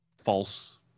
False